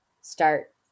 start